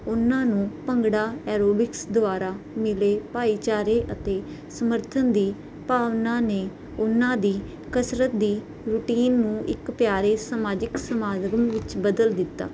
ਉਹਨਾਂ ਨੂੰ ਭੰਗੜਾ ਐਰੋਬਿਕਸ ਦੁਆਰਾ ਮਿਲੇ ਭਾਈਚਾਰੇ ਅਤੇ ਸਮਰਥਨ ਦੀ ਭਾਵਨਾ ਨੇ ਉਹਨਾਂ ਦੀ ਕਸਰਤ ਦੀ ਰੂਟੀਨ ਨੂੰ ਇੱਕ ਪਿਆਰੇ ਸਮਾਜਿਕ ਵਿੱਚ ਬਦਲ ਦਿੱਤਾ